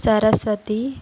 Saraswati